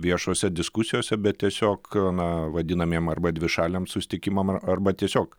viešose diskusijose bet tiesiog na vadinamiem arba dvišaliam susitikimam arba tiesiog